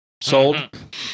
Sold